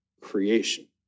creation